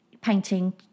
painting